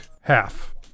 half